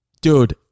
Dude